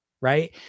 right